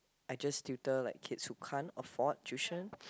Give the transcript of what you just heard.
I just tutor like kids who can't afford tuition